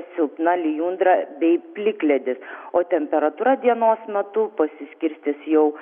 silpna lijundra bei plikledis o temperatūra dienos metu pasiskirstys jau